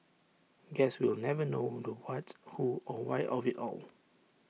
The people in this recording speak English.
guess we'll never know the what who or why of IT all